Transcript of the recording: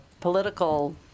political